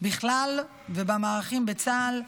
בכלל ובמערכים בצה"ל,